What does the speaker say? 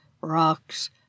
rocks